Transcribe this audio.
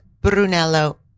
Brunello